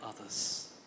others